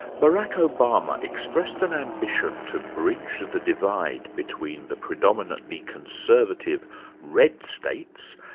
barack obama expressed an ambition to bridge the divide between the predominantly conservative red states,